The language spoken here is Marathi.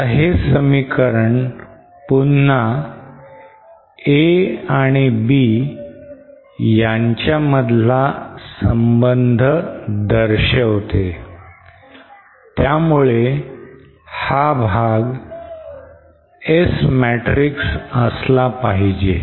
आता हे समीकरण पुन्हा a आणि b मधला संबंध दर्शविते त्यामुळे हा भाग S matrix असला पाहिजे